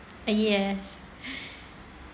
yes